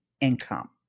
income